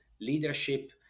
leadership